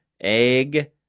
egg